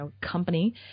company